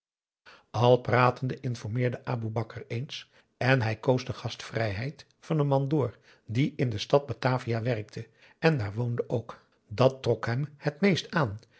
al pratende informeerde aboe bakar eens en hij koos de gastvrijheid van een mandoer die in de stad batavia werkte en daar woonde ook dàt trok hem het meeste aan